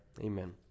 Amen